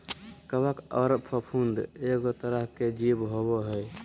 कवक आर फफूंद एगो तरह के जीव होबय हइ